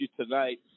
tonight